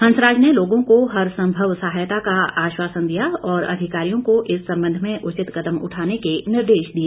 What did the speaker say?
हंसराज ने लोगों को हरसंभव सहायता का आश्वासन दिया और अधिकारियों को इस संबंध में उचित कदम उठाने के निर्देश दिए